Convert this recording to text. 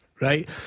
right